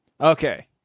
okay